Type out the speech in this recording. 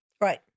Right